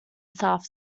south